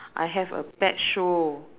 I have a pet show